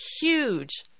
huge